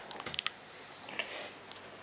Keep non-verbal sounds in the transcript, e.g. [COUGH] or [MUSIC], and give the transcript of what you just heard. [LAUGHS]